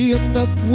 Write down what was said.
enough